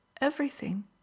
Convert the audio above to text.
Everything